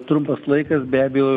trumpas laikas be abejo